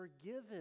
forgiven